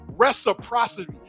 reciprocity